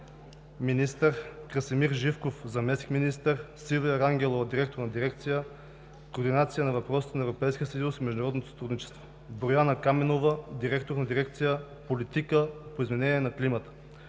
министър, Красимир Живков – заместник-министър, Силвия Рангелова – директор на Дирекция „Координация по въпросите на Европейския съюз и международно сътрудничество“, и Боряна Каменова – директор на Дирекция „Политика по изменение на климата“.